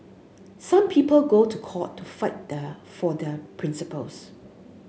some people go to court to fight there for their principles